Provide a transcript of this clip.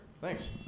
thanks